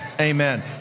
Amen